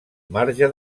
marge